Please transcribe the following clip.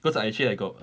cause I actually I got